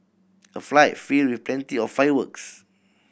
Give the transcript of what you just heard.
a fight filled with plenty of fireworks